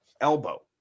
elbow